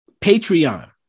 Patreon